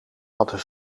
hadden